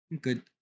Good